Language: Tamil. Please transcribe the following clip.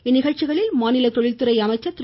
இந்நிகழ்ச்சிகளில் மாநில தொழில்துறை அமைச்சர் திரு